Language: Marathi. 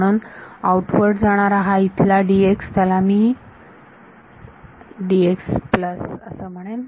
म्हणून आऊटवर्ड जाणारा हा इथला त्याला मी असे म्हणेन